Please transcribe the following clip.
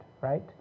right